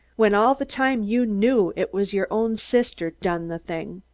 when all the time you knew it was your own sister done the thing.